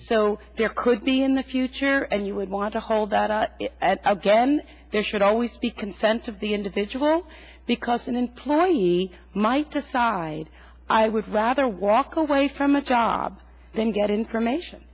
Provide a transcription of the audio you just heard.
so there could be in the future and you would want to hold that up again there should always be consent of the individual because an employee might decide i would rather walk away from a job then get information